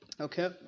Okay